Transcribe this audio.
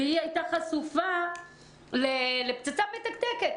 והיא הייתה חשופה לפצצה מתקתקת,